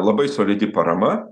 labai solidi parama